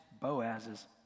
Boaz's